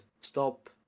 Stop